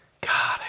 God